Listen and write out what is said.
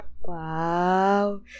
Wow